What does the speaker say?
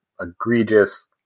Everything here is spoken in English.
egregious